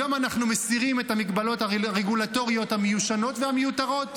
היום אנחנו מסירים את המגבלות הרגולטוריות המיושנות והמיותרות,